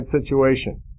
situation